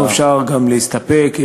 אפשר גם להסתפק,